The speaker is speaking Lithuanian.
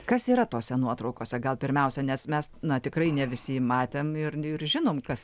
kas yra tose nuotraukose gal pirmiausia nes mes na tikrai ne visi matėm ir ir žinom kas